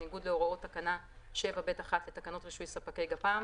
בניגוד להוראות תקנה 7(ב)(1) לתקנות רישוי ספקי גפ"מ